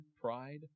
pride